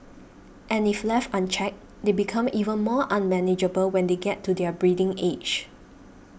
and if left unchecked they become even more unmanageable when they get to their breeding age